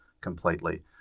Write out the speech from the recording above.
completely